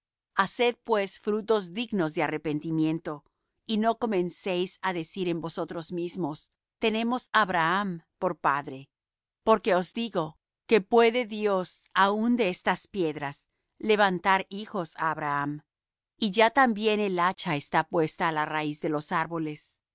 haced pues frutos dignos de arrepentimiento y no comencéis á decir en vosotros mismos tenemos á abraham por padre porque os digo que puede dios aun de estas piedras levantar hijos á abraham y ya también el hacha está puesta á la raíz de los árboles